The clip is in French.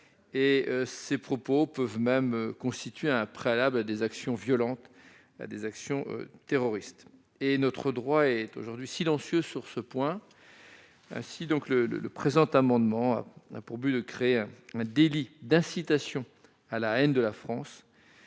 !... Ils peuvent même constituer un préalable à des actions violentes de nature terroriste. Notre droit est aujourd'hui silencieux sur ce point. Ainsi le présent amendement a-t-il pour objet de créer un délit d'incitation à la haine de la France,